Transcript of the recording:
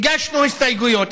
הגשנו הסתייגויות,